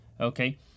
okay